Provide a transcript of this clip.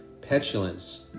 petulance